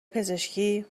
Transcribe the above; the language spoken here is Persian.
پزشکی